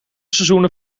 seizoenen